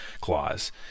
clause